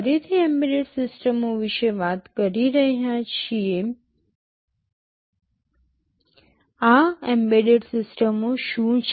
ફરીથી એમ્બેડેડ સિસ્ટમો વિશે વાત કરી રહ્યા છીએ આ એમ્બેડેડ સિસ્ટમો શું છે